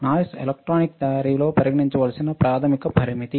noise electronic తయారీలో పరిగణించవలసిన ప్రాథమిక పరామితి